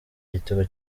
igitego